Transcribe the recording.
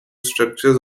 structures